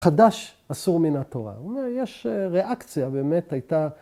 ‫חדש אסור מן התורה. ‫הוא אומר, יש ריאקציה, באמת הייתה...